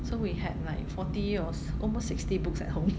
so we had like forty or almost sixty books at home